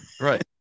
Right